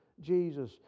Jesus